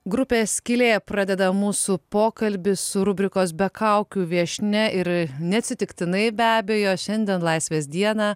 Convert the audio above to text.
grupė skylė pradeda mūsų pokalbį su rubrikos be kaukių viešnia ir neatsitiktinai be abejo šiandien laisvės dieną